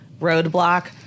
roadblock